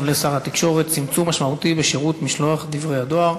לשר התקשורת: צמצום משמעותי בשירות משלוח דברי-דואר.